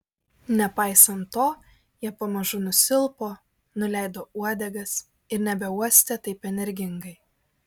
nepaisant to jie pamažu nusilpo nuleido uodegas ir nebeuostė taip energingai